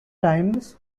times